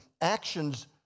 actions